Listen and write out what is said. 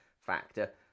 factor